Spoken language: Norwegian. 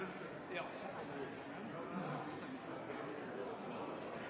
Ja, det